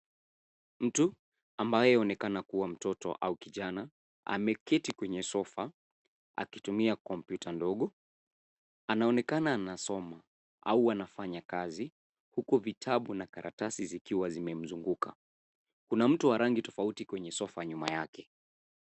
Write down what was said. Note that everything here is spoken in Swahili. Mtu anayeonekana kuwa mtoto au kijana ameketi kwenye sofa akitumia kompyuta ndogo. Anaonekana anasoma au anafanya kazi huku vitabu na karatasi zikiwa zimemzunguka. Kuna mtu wa rangi tofauti kwenye sofa nyuma yake.